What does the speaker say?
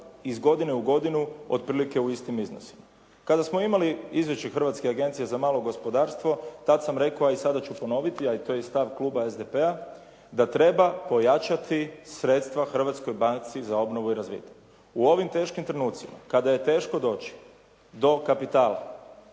iz godine u godinu otprilike u istim iznosima. Kada smo imali Izvješće Hrvatske agencije za malo gospodarstvo tada sam rekao, a i sada ću ponoviti a i to je stav kluba SDP-a, da treba pojačati sredstva Hrvatskoj banci za obnovu i razvitak. U ovim teškim trenucima kada je teško doći do kapitala